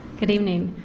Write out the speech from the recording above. good evening.